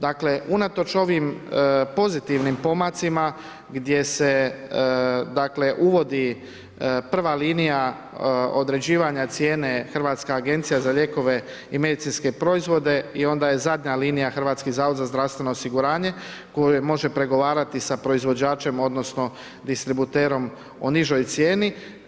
Dakle unatoč ovim pozitivnim pomacima gdje se dakle uvodi prva linija određivanja cijene, Hrvatska agencija za lijekove i medicinske proizvode i onda je zadnja linija HZZO koji može pregovarati sa proizvođačem odnosno distributerom o nižoj cijeni.